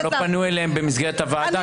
גם לא פנו אליהם במסגרת הוועדה,